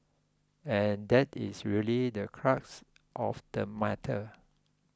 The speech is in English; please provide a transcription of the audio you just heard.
and that is really the crux of the matter